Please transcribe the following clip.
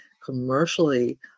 commercially